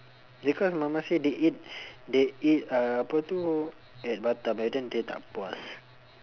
because mama say they eat they eat uh apa tu at batam and then they tak puas